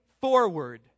forward